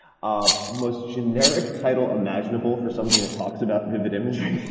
ah most generic title imaginable for something that talks about vivid imagery.